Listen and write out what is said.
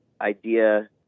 idea